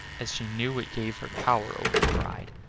as she knew it gave her power over the bride,